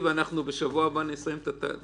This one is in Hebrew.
גם אנחנו היינו מעדיפים שישה